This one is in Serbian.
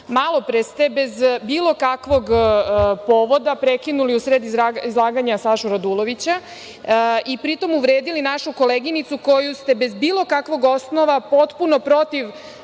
ste bez bilo kakvog povoda prekinuli usred izlaganja Sašu Radulovića i pritom uvredili našu koleginicu koju ste bez bilo kakvog osnova, potpuno protiv